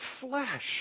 flesh